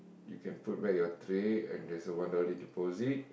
you can put back your tray and there's one only deposit